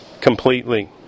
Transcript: Completely